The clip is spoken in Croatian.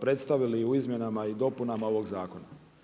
predstavili u izmjenama i dopunama ovog zakona.